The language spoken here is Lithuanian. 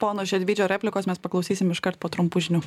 pono šedvydžio replikos mes paklausysim iškart po trumpų žinių